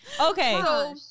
Okay